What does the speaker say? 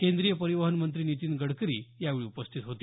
केंद्रीय परिवहन मंत्री नितीन गडकरी यावेळी उपस्थित होते